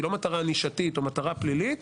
היא לא מטרה נישתית או מטרה פלילית,